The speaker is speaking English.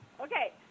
Okay